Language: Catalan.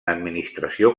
administració